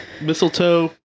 Mistletoe